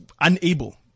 unable